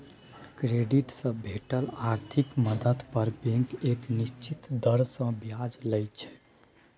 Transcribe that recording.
credit से भेटल आर्थिक मदद पर बैंक एक निश्चित दर से ब्याज लइ छइ